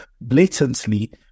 blatantly